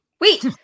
Wait